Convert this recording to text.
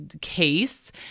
case